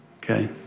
Okay